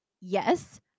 yes